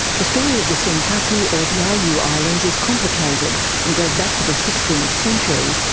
the story of the senkaku or diaoyu islands is complicated and goes back to the sixteenth century,